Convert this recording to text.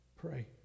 pray